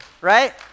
right